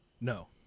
No